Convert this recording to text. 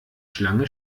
schlange